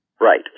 Right